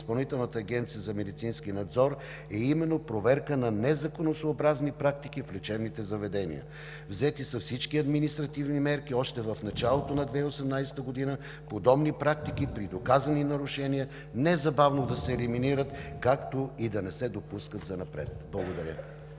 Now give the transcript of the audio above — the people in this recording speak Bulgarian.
агенция за медицински надзор е именно проверка на незаконосъобразни практики в лечебните заведения. Взети са всички административни мерки още в началото на 2018 г. подобни практики, при доказани нарушения, незабавно да се елиминират, както и да не се допускат занапред. Благодаря.